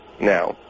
now